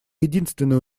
единственный